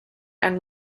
and